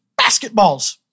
basketballs